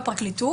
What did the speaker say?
בפרקליטות,